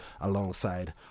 alongside